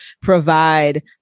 provide